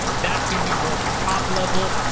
that's gonna be more of your top-level,